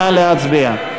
נא להצביע.